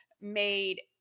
made